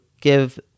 give